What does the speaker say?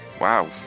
Wow